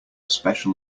special